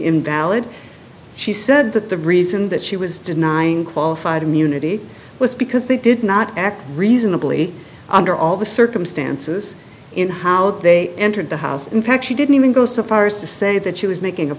invalid she said that the reason that she was denying qualified immunity was because they did not act reasonably under all the circumstances in how they entered the house in fact she didn't even go so far as to say that she was making